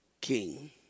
king